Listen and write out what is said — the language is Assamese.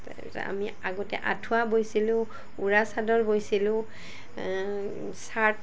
তাৰপাছত আমি আগতে আঁঠুৱা বৈছিলোঁ উৰা চাদৰ বৈছিলোঁ চাৰ্ট